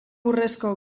urrezko